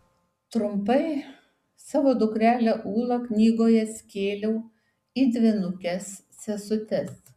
trumpai savo dukrelę ūlą knygoje skėliau į dvynukes sesutes